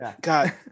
God